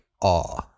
awe